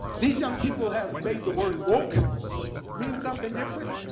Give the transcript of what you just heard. these young people have made the word woke means something different.